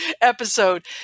episode